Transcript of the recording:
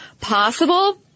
possible